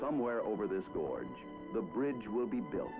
somewhere over this gorge the bridge will be built